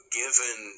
given